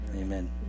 Amen